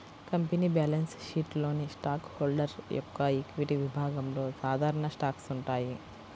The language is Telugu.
కంపెనీ బ్యాలెన్స్ షీట్లోని స్టాక్ హోల్డర్ యొక్క ఈక్విటీ విభాగంలో సాధారణ స్టాక్స్ ఉంటాయి